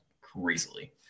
crazily